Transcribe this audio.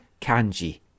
Kanji